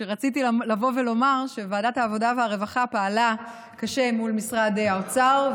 רציתי לומר שוועדת העבודה והרווחה פעלה קשה מול משרד האוצר,